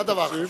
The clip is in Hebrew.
זה הדבר החשוב.